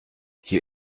hier